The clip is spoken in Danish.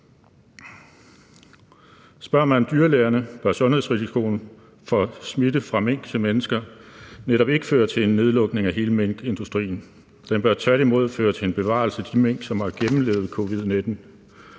Spørger man dyrlægerne, bør sundhedsrisikoen for smitte fra mink til mennesker netop ikke føre til en nedlukning af hele minkindustrien. Den bør tværtimod føre til en bevarelse af de mink, som har gennemlevet covid-19.